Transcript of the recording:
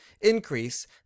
increase